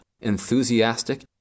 enthusiastic